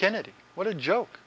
kennedy what a joke